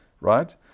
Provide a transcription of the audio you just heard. Right